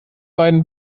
beiden